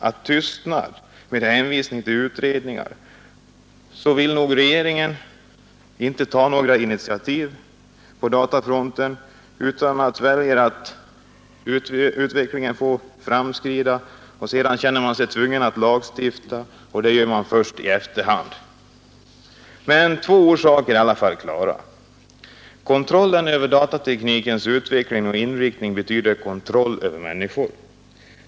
Av tystnad med hänvisning till utredningar vill jag dra den slutsatsen att regeringen inte vill ta några initiativ på datafronten utan väljer att utvecklingen får framskrida tills man känner sig tvungen att lagstifta, och det gör man först i efterhand. Men två orsaker är i alla fall klara. Kontroll över datateknikens utveckling och inriktning betyder kontroll över människor.